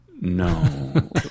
No